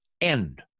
end